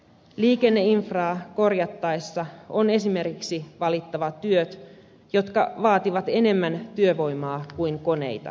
liikenneinfraa korjattaessa on esimerkiksi valittava työt jotka vaativat enemmän työvoimaa kuin koneita